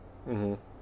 mmhmm